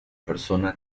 persona